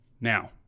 Now